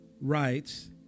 writes